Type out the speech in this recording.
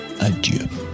adieu